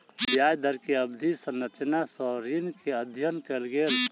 ब्याज दर के अवधि संरचना सॅ ऋण के अध्ययन कयल गेल